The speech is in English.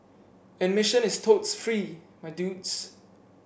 admission is totes free my dudes